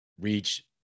reach